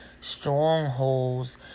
strongholds